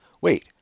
wait